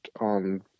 On